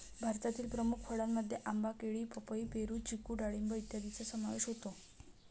भारतातील प्रमुख फळांमध्ये आंबा, केळी, पपई, पेरू, चिकू डाळिंब इत्यादींचा समावेश होतो